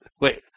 Wait